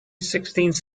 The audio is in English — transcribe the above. sixteenth